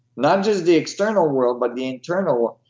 not just the external world but the internal,